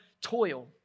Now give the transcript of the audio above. toil